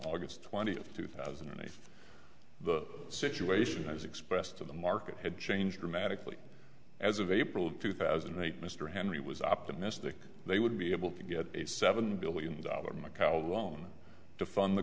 august twentieth two thousand and if the situation as expressed in the market had changed dramatically as of april of two thousand and eight mr henry was optimistic they would be able to get a seven billion dollar macao loan to fund the